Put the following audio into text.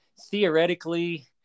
theoretically